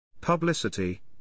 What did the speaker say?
Publicity